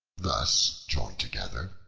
thus joined together,